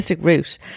route